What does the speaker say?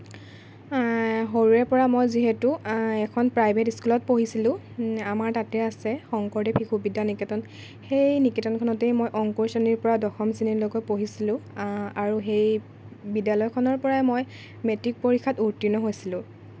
সৰুৰে পৰা মই যিহেতু এখন প্ৰাইভেট স্কুলত পঢ়িছিলোঁ আমাৰ তাতে আছে শংকৰদেৱ শিশু বিদ্যা নিকেতন সেই নিকেতনখনতে মই অংকুৰ শ্ৰেণীৰ পৰা দশম শ্ৰেণীলৈকে পঢ়িছিলোঁ আৰু সেই বিদ্যালয়খনৰ পৰাই মই মেট্ৰিক পৰীক্ষাত উত্তীৰ্ণ হৈছিলোঁ